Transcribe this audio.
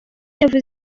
yavuze